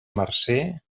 marcer